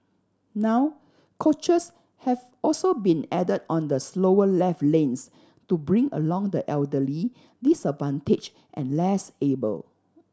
now coaches have also been added on the slower left lanes to bring along the elderly disadvantaged and less able